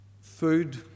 Food